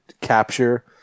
capture